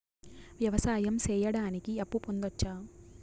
వ్యవసాయం సేయడానికి అప్పు పొందొచ్చా?